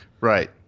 Right